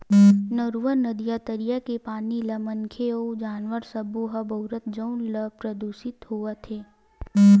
नरूवा, नदिया, तरिया के पानी ल मनखे अउ जानवर सब्बो ह बउरथे जउन ह परदूसित होवत हे